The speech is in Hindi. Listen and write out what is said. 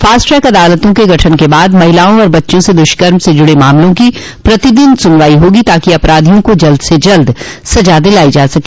फास्ट ट्रैक अदालतों के गठन के बाद महिलाओं और बच्चों से दुष्कर्म से जुड़े मामलों की प्रतिदिन सुनवाई होगी ताकि अपराधियों को जल्द से जल्द सजा दिलायी जा सके